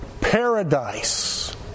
paradise